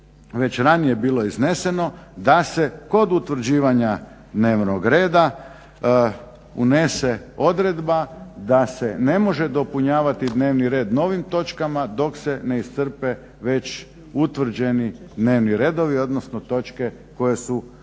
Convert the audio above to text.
već ranije bilo izneseno, da se kod utvrđivanja dnevnog reda unese odredba da se ne može dopunjavati dnevni red novim točkama dok se ne iscrpe već utvrđeni dnevni redovi, odnosno točke koje su unijete